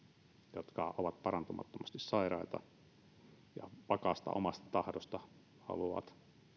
jotka ovat parantumattomasti sairaita ja vakaasta omasta tahdostaan haluavat